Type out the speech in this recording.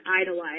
idolize